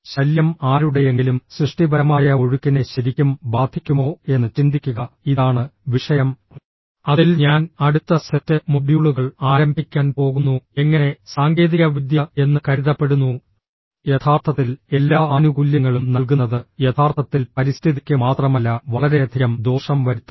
ശല്യം ആരുടെയെങ്കിലും സൃഷ്ടിപരമായ ഒഴുക്കിനെ ശരിക്കും ബാധിക്കുമോ എന്ന് ചിന്തിക്കുക ഇതാണ് വിഷയം അതിൽ ഞാൻ അടുത്ത സെറ്റ് മൊഡ്യൂളുകൾ ആരംഭിക്കാൻ പോകുന്നു എങ്ങനെ സാങ്കേതികവിദ്യ എന്ന് കരുതപ്പെടുന്നു യഥാർത്ഥത്തിൽ എല്ലാ ആനുകൂല്യങ്ങളും നൽകുന്നത് യഥാർത്ഥത്തിൽ പരിസ്ഥിതിക്ക് മാത്രമല്ല വളരെയധികം ദോഷം വരുത്തുന്നു